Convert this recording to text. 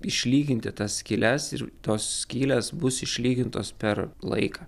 išlyginti tas skyles ir tos skylės bus išlygintos per laiką